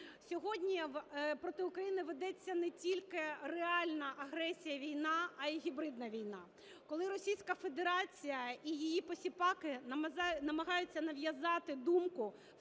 Сьогодні проти України ведеться не тільки реальна агресія, війна, а й гібридна війна. Коли Російська Федерації і її посіпаки намагаються нав'язати думку,